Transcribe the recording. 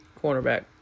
Cornerback